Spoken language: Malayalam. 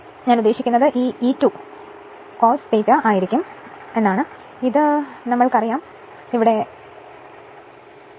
ഞാൻ ഉദ്ദേശിക്കുന്നത് ഇത് ഈ E2 cos ആയിരിക്കും എന്നാണ് ഞാൻ ഉദ്ദേശിക്കുന്നത് ഇത് നമ്മൾ എടുക്കുന്നതെന്തും അതിനാൽ E 2 E 2 cos V2 ആയിരിക്കും